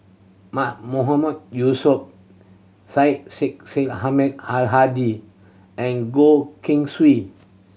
Mahmood Yusof Syed Sheikh Syed Ahmad Al Hadi and Goh Keng Swee